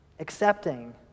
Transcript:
accepting